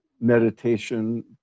meditation